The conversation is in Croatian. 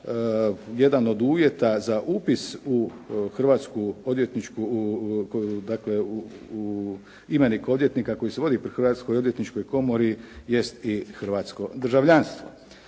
odvjetničku, dakle u imenik odvjetnik koji se vodi pri Hrvatskoj odvjetničkoj komori jest i hrvatsko državljanstvo.